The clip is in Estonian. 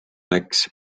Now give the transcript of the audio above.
läks